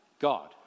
God